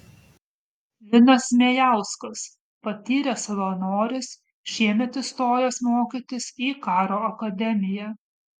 linas zmejauskas patyręs savanoris šiemet įstojęs mokytis į karo akademiją